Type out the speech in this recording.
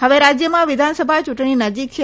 હવે રાજ્યમાં વિધાનસભા ચુંટણી નજીક છે